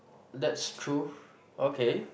that's true okay